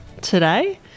today